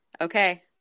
Okay